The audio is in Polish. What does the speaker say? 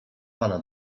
pana